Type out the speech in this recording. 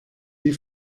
die